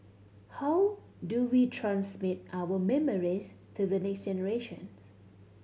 how do we transmit our memories to the next generation